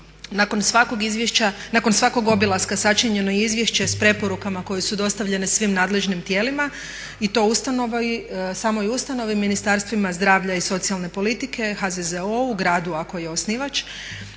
Nakon svakog obilaska sačinjeno je izvješće s preporukama koje su dostavljene svim nadležnim tijelima i to samoj ustanovi, Ministarstvima zdravlja i socijalne politike, HZZO-u, gradu ako je osnivač,